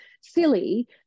silly